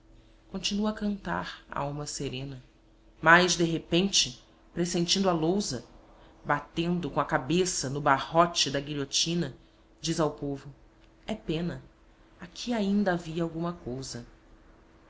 a cantar a alma serena mas de repente pressentindo a lousa batendo com a cabeça no barrote da guilhotina diz ao povo é pena aqui ainda havia alguma cousa